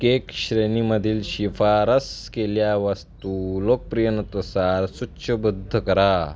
cake श्रेणीमधील शिफारस केल्या वस्तू लोकप्रियतेनुसार सूचीबद्ध करा